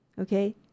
Okay